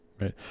right